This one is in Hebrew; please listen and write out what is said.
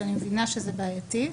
שאני מבינה שזה בעייתי.